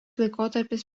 laikotarpis